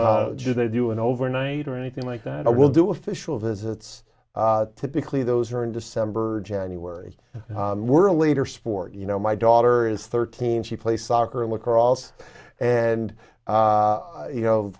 when they do an overnight or anything like that i will do official visits typically those are in december or january were a leader sport you know my daughter is thirteen she play soccer and lacrosse and you know